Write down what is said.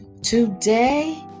Today